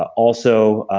also,